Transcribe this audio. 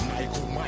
Michael